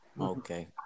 Okay